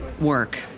work